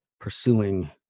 pursuing